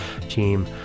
team